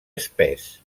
espès